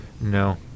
No